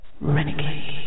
Renegade